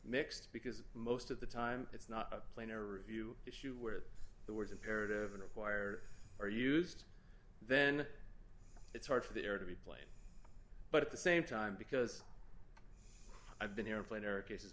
mixed because most of the time it's not a plane or review issue where the words imperative and acquire are used then it's hard for the air to be played but at the same time because i've been here a plane or a cases